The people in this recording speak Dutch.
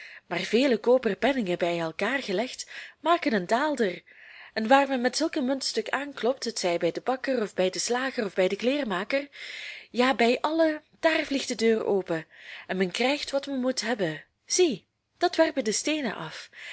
maar vele koperen penningen bij elkaar gelegd maken een daalder en waar men met zulk een muntstuk aanklopt hetzij bij den bakker of bij den slager of bij den kleermaker ja bij allen daar vliegt de deur open en men krijgt wat men moet hebben zie dat werpen de steenen af